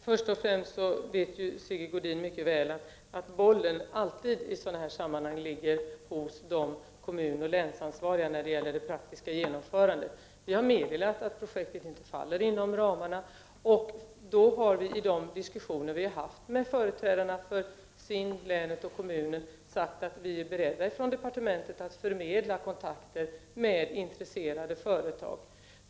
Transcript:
Herr talman! Först och främst vet Sigge Godin mycket väl att bollen alltid när det gäller det praktiska genomförandet ligger hos de kommunoch länsansvariga. Vi har meddelat att projektet inte faller inom ramarna, och i de diskussioner vi har haft med företrädarna för SIND, länet och kommunen har vi sagt att vi från departementet är beredda att förmedla kontakter med intresserade företag.